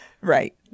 Right